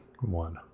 one